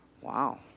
Wow